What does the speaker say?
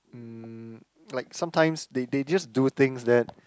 um like sometimes they they just do things that